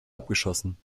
abgeschossen